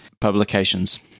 publications